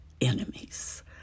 enemies